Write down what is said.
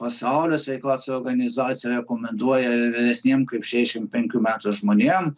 pasaulio sveikatos organizacija rekomenduoja vyresniem kaip šešiasdešimt penkių metų žmonėm